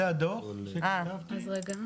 אנחנו יודעים מהספרות שעופות דורסים נדבקים מאכילת פגרים,